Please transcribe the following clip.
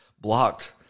blocked